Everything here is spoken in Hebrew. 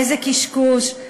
איזה קשקוש.